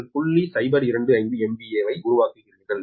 025 MVA ஐ உருவாக்குகிறீர்கள்